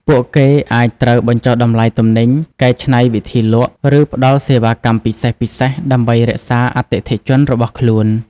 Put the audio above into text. ពួកគេអាចត្រូវបញ្ចុះតម្លៃទំនិញ កែច្នៃវិធីលក់ ឬផ្តល់សេវាកម្មពិសេសៗ ដើម្បីរក្សាអតិថិជនរបស់ខ្លួន។